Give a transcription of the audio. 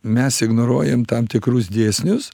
mes ignoruojam tam tikrus dėsnius